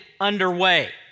underway